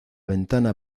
ventana